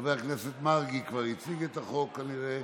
חבר הכנסת מרגי, כבר הציג את החוק, כנראה,